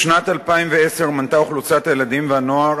בשנת 2010 מנתה אוכלוסיית הילדים והנוער